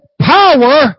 power